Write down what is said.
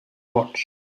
watch